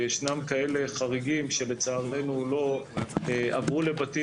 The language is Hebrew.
וישנם כאלה חריגים שלצערנו לא עברו לבתים,